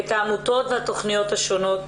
את העמותות והתכניות השונות,